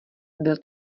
byl